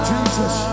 Jesus